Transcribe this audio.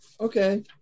Okay